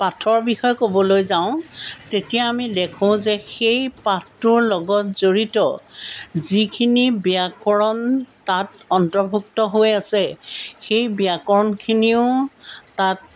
পাঠৰ বিষয়ে ক'বলৈ যাওঁ তেতিয়া আমি দেখোঁ যে সেই পাঠটোৰ লগত জড়িত যিখিনি ব্যাকৰণ তাত অন্তৰ্ভুক্ত হৈ আছে সেই ব্যাকৰণখিনিও তাত